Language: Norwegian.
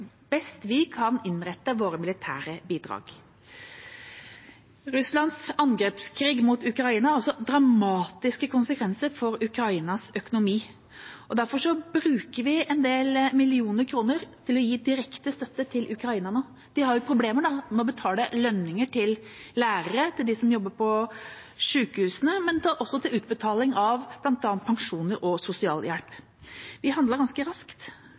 vi best kan innrette våre militære bidrag. Russlands angrepskrig mot Ukraina har også dramatiske konsekvenser for Ukrainas økonomi. Derfor bruker vi en del millioner kroner til å gi direkte støtte til Ukraina nå. De har problemer med både å utbetale lønningene til lærere og de som jobber på sykehusene, og å utbetale pensjoner og sosialhjelp, bl.a. Vi handlet ganske raskt